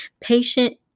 Patient